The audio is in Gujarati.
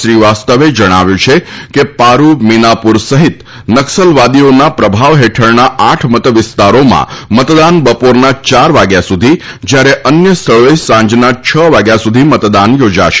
શ્રીવાસ્તવે જણાવ્યું છે કે પારૂ મીનાપુર સહિત નક્સલવાદીઓના પ્રભાવવાળા આઠ મતવિસ્તારોમાં મતદાન બપોરના ચાર વાગ્યા સુધી જ્યારે અન્ય સ્થળોએ સાંજના છ વાગ્યા સુધી મતદાન યોજાશે